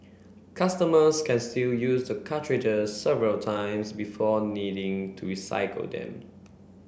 customers can use the cartridges several times before needing to recycle them